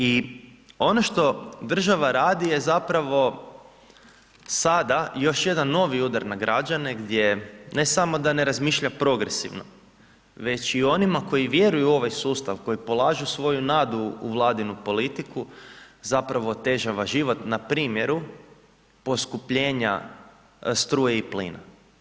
I ono što država radi je zapravo sada još jedan novi udar na građane gdje ne samo da ne razmišlja progresivno već i onima koji vjeruju u ovaj sustav koji polažu svoju nadu u Vladinu politiku zapravo otežava život na primjeru poskupljenja struje i plina.